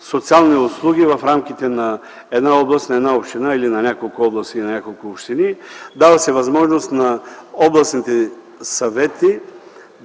социални услуги в рамките на една област, на една община или на няколко области или няколко общини. Дава се възможност на областните и